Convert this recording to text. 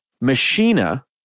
Machina